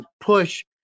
push